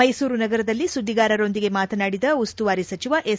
ಮ್ನುಸೂರು ನಗರದಲ್ಲಿ ಸುಧಿಗಾರರೊಂದಿಗೆ ಮಾತನಾಡಿದ ಉಸ್ತುವಾರಿ ಸಚಿವ ಎಸ್